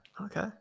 Okay